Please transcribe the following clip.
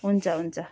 हुन्छ हुन्छ